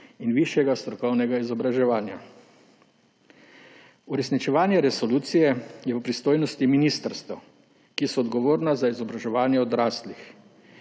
in višjega strokovnega izobraževanja. Uresničevanje resolucije je v pristojnosti ministrstev, ki so odgovorna za izobraževanje odraslih